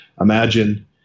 Imagine